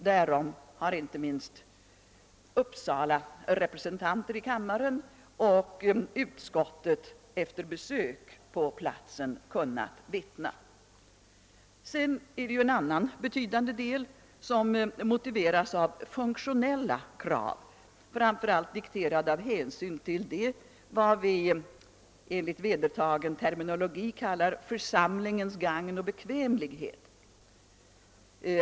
Därom har inte minst Uppsalas representanter här i kammaren och utskottets ledamöter efter besök på platsen kunnat vittna. En annan mycket betydande del som motiveras av funktionella krav är framför allt dikterade av hänsyn till vad vi enligt vedertagen terminologi kallar »församlingens gagn och bekvämlighet».